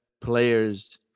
players